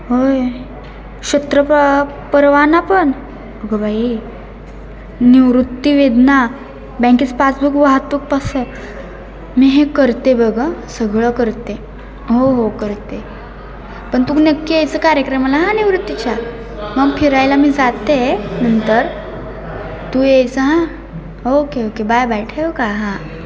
हो शत्रप परवाना पण अगं बाई निवृत्ती वेदना बँकेचं पासबुक वाहतूक पसं मी हे करते बघ अ सगळं करते हो हो करते पण तू नक्की यायचं कार्यक्रमाला हा निवृत्तीच्या मग फिरायला मी जाते नंतर तू यायचं हां ओके ओके बाय बाय ठेवू का हां